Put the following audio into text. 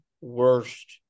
worst